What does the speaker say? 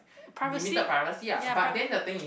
privacy ya pri~